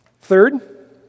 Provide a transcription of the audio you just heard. Third